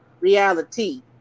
Reality